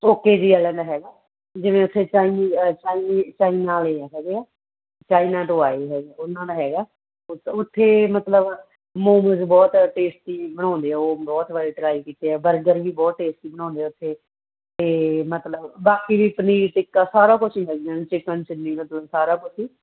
okay ਜੀ ਵਾਲਿਆਂ ਦਾ ਹੈਗਾ ਜਿਵੇਂ ਉੱਥੇ ਚਾਈਨੀ ਅ ਚਾਈਨੀ ਚਾਈਨਾ ਵਾਲੇ ਆ ਹੈਗੇ ਆ ਚਾਈਨਾ ਤੋਂ ਆਏ ਹੈਗੇ ਉਹਨਾਂ ਦਾ ਹੈਗਾ ਉਸ ਉੱਥੇ ਮਤਲਬ ਮੋਮੋਜ਼ ਬਹੁਤ ਟੇਸਟੀ ਬਣਾਉਂਦੇ ਆ ਉਹ ਬਹੁਤ ਵਾਰੀ ਟਰਾਈ ਕੀਤੇ ਆ ਬਰਗਰ ਵੀ ਬਹੁਤ ਟੇਸਟੀ ਬਣਾਉਂਦੇ ਉੱਥੇ ਅਤੇ ਮਤਲਬ ਬਾਕੀ ਵੀ ਪਨੀਰ ਟਿੱਕਾ ਸਾਰਾ ਕੁਝ ਹੀ ਹੈਗੀਆਂ ਨੇ ਚਿਕਨ ਚਿਲੀ ਮਤਲਬ ਸਾਰਾ ਕੁਛ